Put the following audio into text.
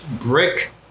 brick